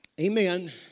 amen